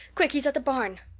quick! he's at the barn.